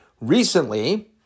recently